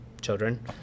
children